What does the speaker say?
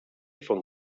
von